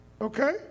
Okay